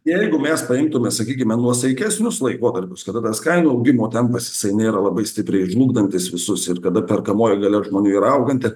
jeigu mes paimtume sakykime nuosaikesnius laikotarpius kada tas kainų augimo tempas jisai nėra labai stipriai žlugdantis visus ir kada perkamoji galia žmonių yra auganti